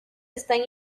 están